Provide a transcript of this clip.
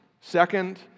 Second